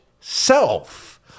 self